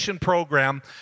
program